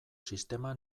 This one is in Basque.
sistema